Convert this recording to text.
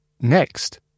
Next